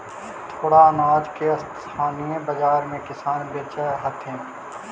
थोडा अनाज के स्थानीय बाजार में किसान बेचऽ हथिन